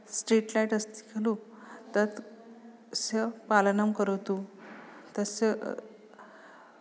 street light अस्ति खलु तत् स्य पालनं करोतु तस्य